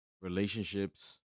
relationships